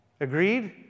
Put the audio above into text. Agreed